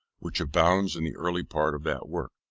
which abounds in the early part of that work.